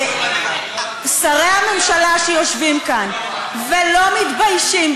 שרי הממשלה שיושבים כאן ולא מתביישים,